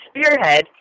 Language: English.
Spearhead